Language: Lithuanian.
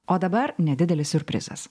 o dabar nedidelis siurprizas